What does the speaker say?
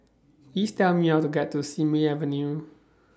Please Tell Me How to get to Simei Avenue